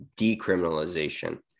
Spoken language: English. decriminalization